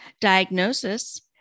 diagnosis